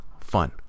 fun